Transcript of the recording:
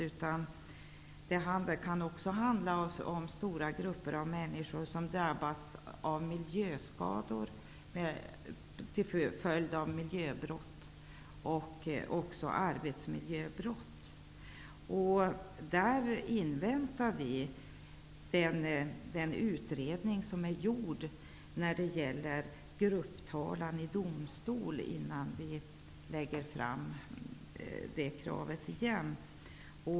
Det kan också handla om stora grupper av människor som drabbas av miljöskador till följd av miljöbrott och också arbetsmiljöbrott. Vi inväntar utredningen om grupptalan i domstol innan vi lägger fram vårt krav igen.